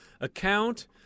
account